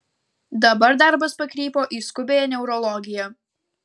dabar darbas pakrypo į skubiąją neurologiją